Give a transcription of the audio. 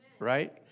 right